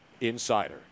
insider